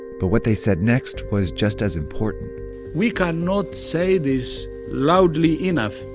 but what they said next was just as important we cannot say this loudly enough.